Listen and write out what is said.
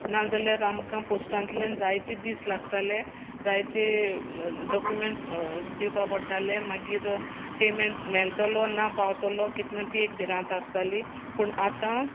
नाजाल्यार आमकां पोस्टांतल्यान जायते दीस लागताले जायते डॉक्युमेंट्स दिवपाक पडटाले मागीर पेमेंट मेळटलो ना पावतलो कितें ती एक भिरांत आसताली पूण आतां